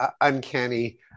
uncanny